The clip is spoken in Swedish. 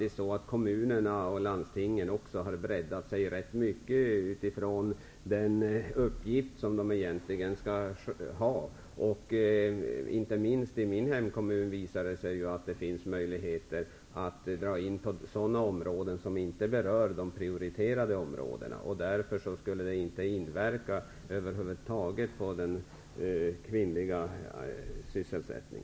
Kommunerna och landstingen har breddat sig en hel del med tanke på den uppgift de egentligen har. Inte minst i min hemkommun har det visat sig att det finns möjligheter att dra in på sådana områden som inte är prioriterade. Därför inverkar detta inte på kvinnors sysselsättning.